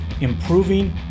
improving